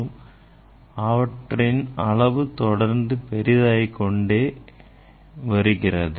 மேலும் அவற்றின் அளவு தொடர்ந்து பெரிதாகிக்கொண்டே வருகிறது